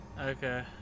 Okay